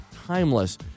Timeless